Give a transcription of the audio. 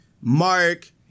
mark